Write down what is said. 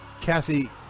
Cassie